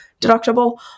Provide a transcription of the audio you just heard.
deductible